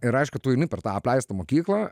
ir aišku tu eini per tą apleistą mokyklą